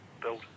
built